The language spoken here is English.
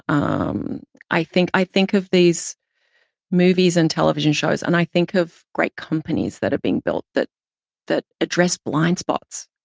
um i think i think of these movies and television shows, and i think of great companies that are being built that that address blind spots.